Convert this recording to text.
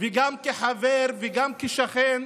גם כחבר וגם כשכן,